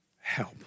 help